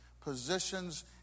Positions